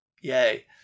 Yay